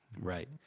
Right